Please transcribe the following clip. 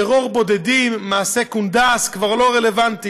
טרור בודדים, מעשי קונדס, כבר לא רלוונטיים.